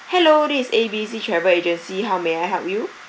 hello this is A B C travel agency how may I help you